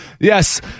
yes